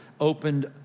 opened